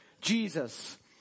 Jesus